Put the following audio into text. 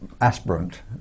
aspirant